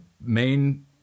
main